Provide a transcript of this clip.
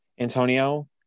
Antonio